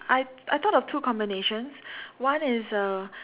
I I thought of two combinations one is uh